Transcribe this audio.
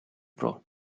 pro